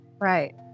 Right